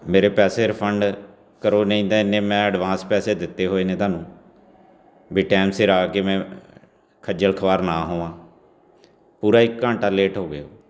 ਮੇਰੇ ਪੈਸੇ ਰਿਫੰਡ ਕਰੋ ਨਹੀਂ ਤਾਂ ਇੰਨੇ ਮੈਂ ਐਡਵਾਂਸ ਪੈਸੇ ਦਿੱਤੇ ਹੋਏ ਨੇ ਤੁਹਾਨੂੰ ਵੀ ਟਾਈਮ ਸਿਰ ਆ ਕੇ ਮੈਂ ਖੱਜਲ ਖਵਾਰ ਨਾ ਹੋਵਾਂ ਪੂਰਾ ਇੱਕ ਘੰਟਾ ਲੇਟ ਹੋ ਗਏ